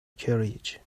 carriage